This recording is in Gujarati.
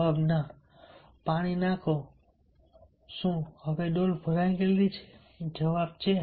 જવાબ છે ના પાણી નાખો શું ડોલ ભરાઈ ગઈ છે